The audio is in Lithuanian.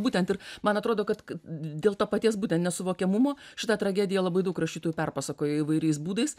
būtent ir man atrodo kad dėl to paties būtent nesuvokiamumo šitą tragediją labai daug rašytojų perpasakoja įvairiais būdais